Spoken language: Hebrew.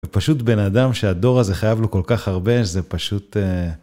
ופשוט בן אדם שהדור הזה חייב לו כל כך הרבה, זה פשוט...